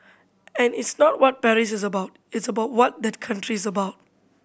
and it's not what Paris is about it's about what that country is about